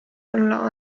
olla